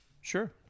Sure